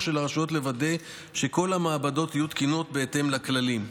של הרשות לוודא שכל המעבדות היו תקינות בהתאם לכללים.